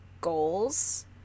goals